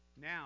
Now